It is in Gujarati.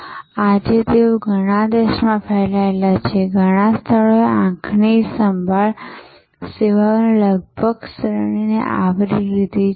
અને આજે તેઓ ઘણા દેશોમાં ફેલાયેલા છે ઘણા સ્થળોએ આંખની સંભાળ સેવાઓની લગભગ સમગ્ર શ્રેણીને આવરી લે છે